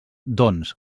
doncs